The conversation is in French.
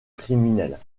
criminelle